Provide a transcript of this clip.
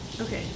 Okay